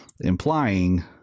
Implying